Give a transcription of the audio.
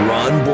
Ron